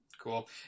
cool